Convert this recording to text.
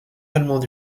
allemand